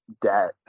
debt